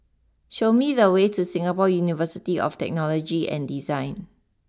show me the way to Singapore University of Technology and Design